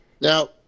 now